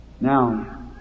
Now